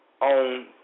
on